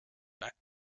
back